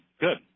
Good